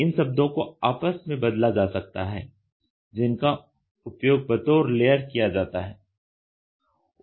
इन शब्दों को आपस में बदला जा सकता है जिनका उपयोग बतौर लेयर किया जाता है